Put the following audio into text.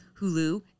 Hulu